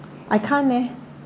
I can't meh